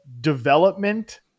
development –